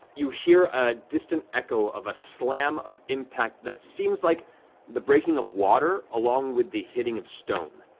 you hear a distant echo of a slam of impact that seems like the breaking of water, along with the hitting of stone.